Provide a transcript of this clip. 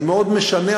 זה מאוד משנה,